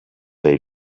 they